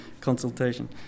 consultation